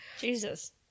jesus